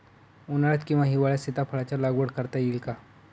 उन्हाळ्यात किंवा हिवाळ्यात सीताफळाच्या लागवड करता येईल का?